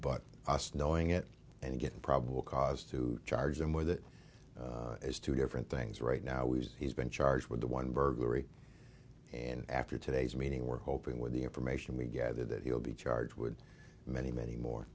but knowing it and getting probable cause to charge him with it is two different things right now was he's been charged with the one burglary and after today's meeting we're hoping with the information we gather that he'll be charged would many many more